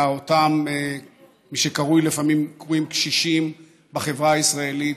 לאותם מי שקרואים לפעמים קשישים בחברה הישראלית,